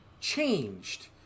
changed